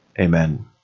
Amen